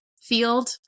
field